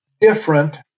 different